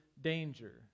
danger